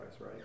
right